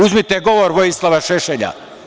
Uzmite govor Vojislava Šešelja.